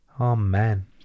Amen